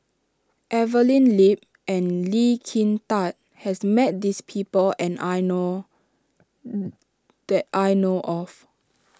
Evelyn Lip and Lee Kin Tat has met this people and I know that I know of